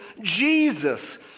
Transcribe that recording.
Jesus